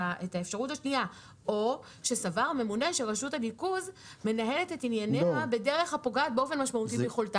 או שהוא סבר שהיא מנהלת את ענייניה בצורה שפוגעת משמעותית ביכולת